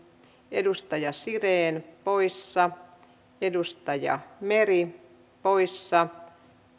edustaja siren poissa edustaja meri poissa